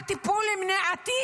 על טיפול מניעתי